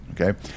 okay